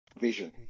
vision